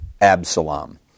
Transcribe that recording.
Absalom